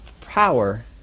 power